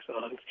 songs